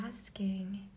asking